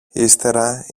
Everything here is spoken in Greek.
ύστερα